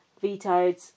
vetoed